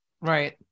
Right